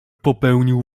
popełnił